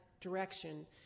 direction